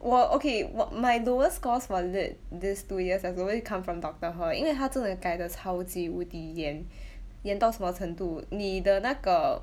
我 okay 我 my lowest scores for lit these two years has always come from doctor Herr 因为她真的改得超级无敌严 严到什么程度你的那个